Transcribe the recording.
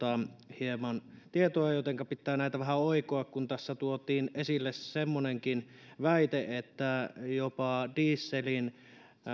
hieman tietoa jotenka pitää näitä vähän oikoa kun tässä tuotiin esille semmoinenkin väite että jopa dieselin